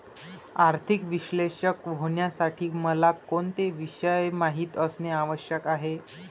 आर्थिक विश्लेषक होण्यासाठी मला कोणते विषय माहित असणे आवश्यक आहे?